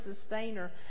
Sustainer